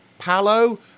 Palo